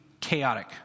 chaotic